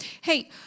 Hey